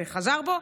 וחזר בו.